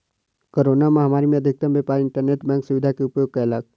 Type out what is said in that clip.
corona महामारी में अधिकतम व्यापार इंटरनेट बैंक सुविधा के उपयोग कयलक